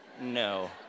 no